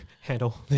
handle